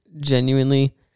genuinely